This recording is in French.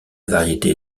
variété